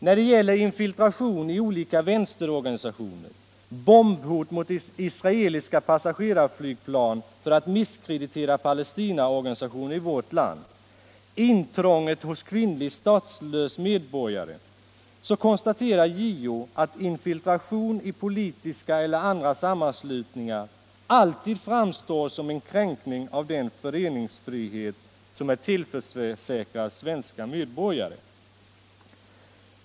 När det gäller infiltration i olika vänsterorganisationer, bombhot mot israeliska passagerarflygplan för att misskreditera Palestinaorganisationer i vårt land, och intrånget hos kvinnlig statslös medborgare konstaterar JO, att infiltration i politiska eller andra sammanslutningar alltid framstår som en kränkning av den föreningsfrihet som är tillförsäkrad svenska medborgare.